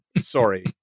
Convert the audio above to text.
Sorry